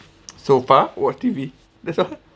so far what T_V